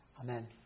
Amen